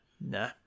nah